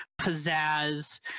pizzazz